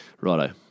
Righto